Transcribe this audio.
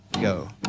Go